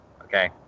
Okay